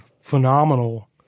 phenomenal